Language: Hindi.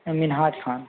मैम मिन्हाज ख़ान